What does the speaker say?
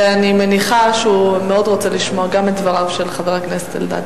ואני מניחה שהוא מאוד רוצה לשמוע גם את דבריו של חבר הכנסת אלדד.